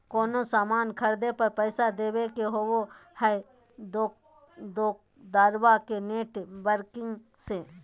कोनो सामान खर्दे पर पैसा देबे के होबो हइ दोकंदारबा के नेट बैंकिंग से